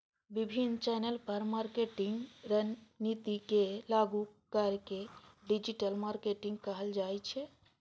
विभिन्न चैनल पर मार्केटिंग रणनीति के लागू करै के डिजिटल मार्केटिंग कहल जाइ छै